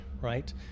right